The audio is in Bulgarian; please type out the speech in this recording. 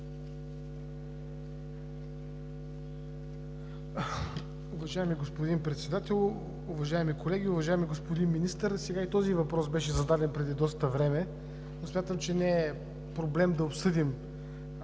Уважаеми господин Председател, уважаеми колеги! Уважаеми господин Министър, този въпрос беше зададен преди доста време, но смятам, че не е проблем да обсъдим